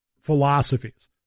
philosophies